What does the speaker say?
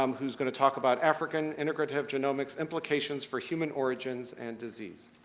um who's going to talk about african integrative genomics implications for human origins and disease.